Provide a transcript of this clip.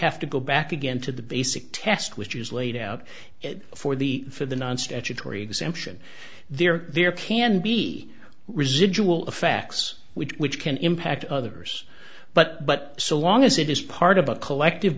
have to go back again to the basic test which is laid out for the for the non statutory exemption there are there can be residual effects which which can impact others but so long as it is part of a collective